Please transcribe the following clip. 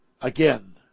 again